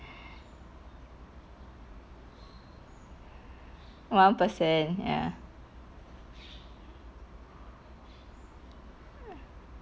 one percent ya